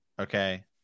okay